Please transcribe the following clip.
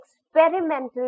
experimental